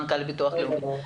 מנכ"ל הביטוח הלאומי.